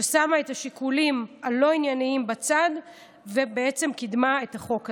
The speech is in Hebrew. על זה ששמה את השיקולים הלא-ענייניים בצד ובעצם קידמה את החוק הזה.